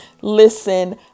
Listen